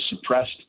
suppressed